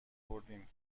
بردیم